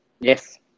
Yes